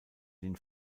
den